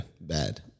bad